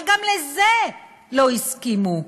אבל גם לזה לא הסכימו,